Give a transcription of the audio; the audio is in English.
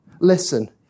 Listen